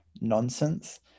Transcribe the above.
nonsense